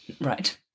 Right